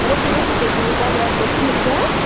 رٔٹِو رٔٹِو تُہۍ بوٗٹھ چَلو ادٕکیا ٹھیٖک چھُ ہاں